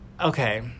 okay